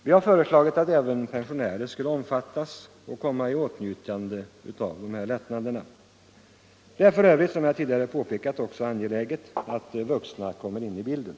Vi har föreslagit att även pensionärer skulle omfattas och komma i åtnjutande av dessa lättnader. Det är f. ö., som jag tidigare påpekat, också angeläget att vuxna kommer in i bilden.